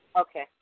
Okay